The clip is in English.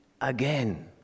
again